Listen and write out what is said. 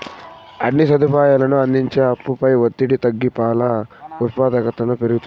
అన్ని సదుపాయాలనూ అందిస్తే ఆవుపై ఒత్తిడి తగ్గి పాల ఉత్పాదకతను పెరుగుతుంది